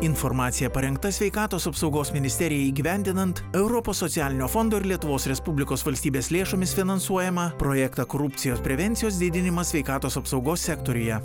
informacija parengta sveikatos apsaugos ministerijai įgyvendinant europos socialinio fondo ir lietuvos respublikos valstybės lėšomis finansuojamą projektą korupcijos prevencijos didinimas sveikatos apsaugos sektoriuje